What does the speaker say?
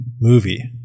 movie